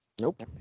Nope